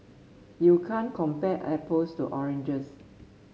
you can't compare apples to oranges